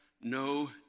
no